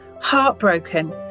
heartbroken